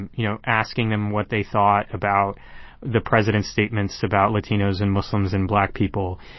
and you know, asking them what they thought about the president's statements about latinos and muslims and black people.